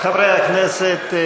חברי הכנסת,